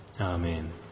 Amen